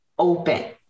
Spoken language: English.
open